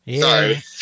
Sorry